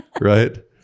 right